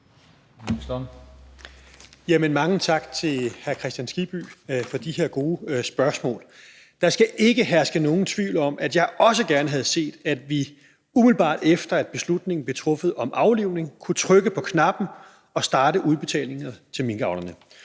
Mange tak til hr. Hans Kristian Skibby for de her gode spørgsmål. Der skal ikke herske nogen tvivl om, at jeg også gerne havde set, at vi, umiddelbart efter beslutningen om aflivning blev truffet, kunne have trykket på knappen og startet udbetalingerne til minkavlerne.